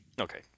Okay